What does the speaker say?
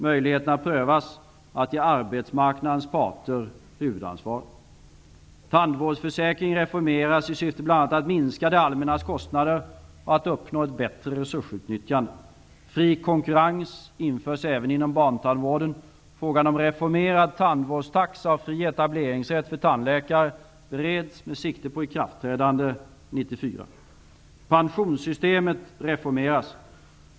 Möjligheterna prövas att ge arbetsmarknadens parter huvudansvaret. Tandvårdsföräkringen reformeras i syfte bl.a. att minska det allmännas kostnader och uppnå ett bättre resursutnyttjande. Fri konkurrens införs även inom barntandvården. Frågan om reformerad tandvårdstaxa och fri etableringsrätt för tandläkare bereds med sikte på ikraftträdande 1994. Pensionssystemet reformeras.